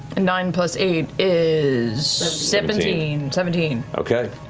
and nine plus eight is seventeen, seventeen okay,